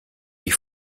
die